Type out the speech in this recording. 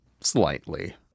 Slightly